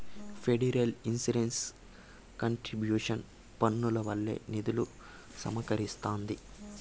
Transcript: federal insurance contribution పన్నుల వల్లే నిధులు సమకూరస్తాంది